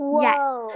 Yes